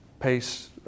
pace